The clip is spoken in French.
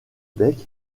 bec